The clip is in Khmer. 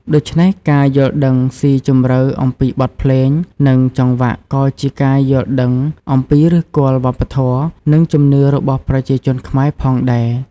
ដូច្នេះ ការយល់ដឹងស៊ីជម្រៅអំពីបទភ្លេង និងចង្វាក់ក៏ជាការយល់ដឹងអំពីឫសគល់វប្បធម៌ និងជំនឿរបស់ប្រជាជនខ្មែរផងដែរ។